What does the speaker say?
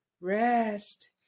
rest